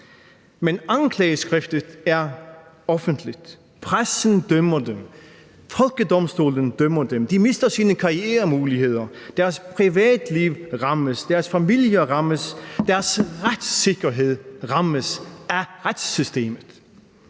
Men anklageskriftet er offentligt. Pressen dømmer dem; folkedomstolen dømmer dem. De mister deres karrieremuligheder. Deres privatliv rammes; deres familier rammes; deres retssikkerhed rammes af retssystemet.